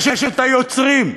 ויש היוצרים,